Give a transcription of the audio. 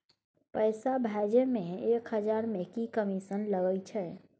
पैसा भैजे मे एक हजार मे की कमिसन लगे अएछ?